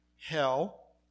hell